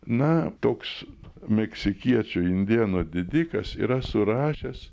na toks meksikiečių indėnų didikas yra surašęs